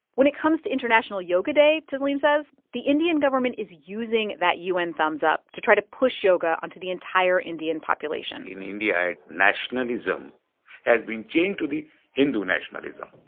when it comes to international yoga day, tasleem says, the indian government is using that u n. thumbs up to try to push yoga onto the entire indian population in india, nationalism has been chained to the hindu nationalism